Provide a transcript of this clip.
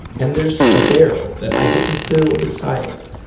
and there's a barrel that i didn't fill beside it,